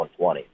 120